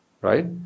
right